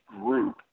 group